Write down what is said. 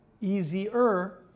easier